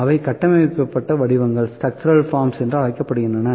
அவை கட்டமைக்கப்பட்ட வடிவங்கள் என்று அழைக்கப்படுகின்றன